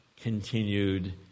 continued